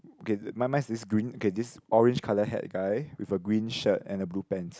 okay mine mine is green okay this orange colour hat guy with a green shirt and a blue pants